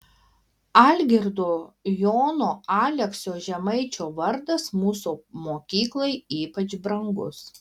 algirdo jono aleksio žemaičio vardas mūsų mokyklai ypač brangus